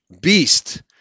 beast